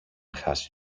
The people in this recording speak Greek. χάσει